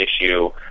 issue